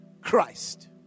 Christ